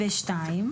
ו-(2)